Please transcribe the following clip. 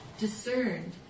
discerned